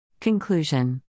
Conclusion